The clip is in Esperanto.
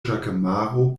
ĵakemaro